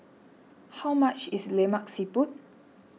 how much is Lemak Siput